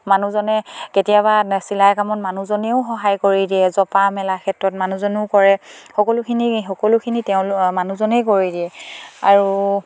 মানুহজনে কেতিয়াবা চিলাই কামত মানুহজনেও সহায় কৰি দিয়ে জপা মেলা ক্ষেত্ৰত মানুহজনেও কৰে সকলোখিনি সকলোখিনি তেওঁ মানুহজনেই কৰি দিয়ে আৰু